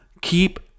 keep